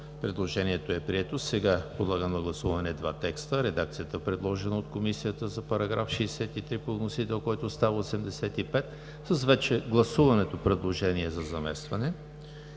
Предложението е прието. Подлагам на гласуване два текста: редакцията, предложена от Комисията за § 63 по вносител, който става § 85, с вече гласуваното предложение за заместване;